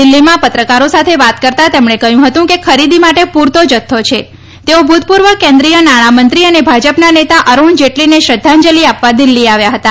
દિલ્હીમાં પત્રકારો સાથે વાત કરતાં તેમણે કહ્યું હતું કે ખરીદી માટે પૂરતો જથ્થો છે તેઓ ભૂતપૂર્વ કેન્દ્રિય નાણા મંત્રી અને ભાજપના નેતા અરૂણ જેટલીને શ્રધ્ધાંજલિ આપવા દિલ્ફી આવ્યા હતા